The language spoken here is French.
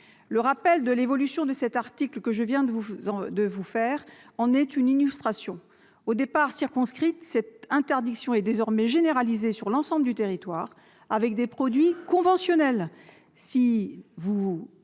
Le rappel de l'évolution de cet article en est une illustration : au départ circonscrite, cette interdiction est désormais généralisée à l'ensemble du territoire avec des produits conventionnels.